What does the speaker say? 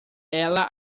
ela